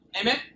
Amen